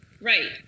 right